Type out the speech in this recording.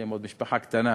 כשהם עוד משפחה קטנה.